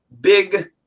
big